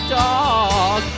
dog